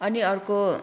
अनि अर्को